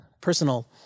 personal